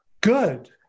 Good